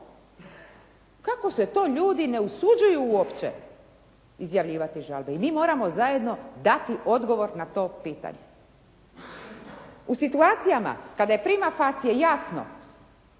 Kako se to ljudi ne usuđuju uopće izjavljivati žalbe i mi moramo zajedno dati odgovor na to pitanje. U situacijama kada je prima facie jasno